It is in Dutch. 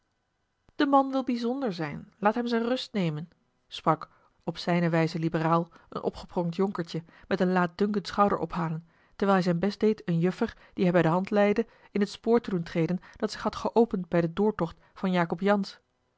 de man wil bijzonder zijn laat hem zijn rust nemen sprak op zijne wijze liberaal een opgepronkt jonkertje met een laatdunkend schouderophalen terwijl hij zijn best deed eene juffer die hij bij de hand leidde in het spoor te doen treden dat zich had geopend bij den doortocht van jacob jansz